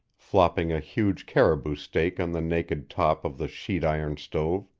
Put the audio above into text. flopping a huge caribou steak on the naked top of the sheet-iron stove.